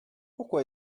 pourquoi